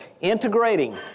integrating